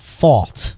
fault